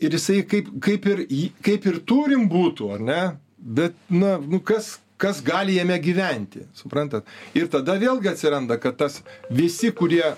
ir jisai kaip kaip ir jį kaip ir turim butų ar ne bet na nu kas kas gali jame gyventi suprantat ir tada vėlgi atsiranda kad tas visi kurie